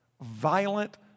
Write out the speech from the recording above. violent